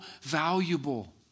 valuable